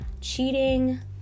cheating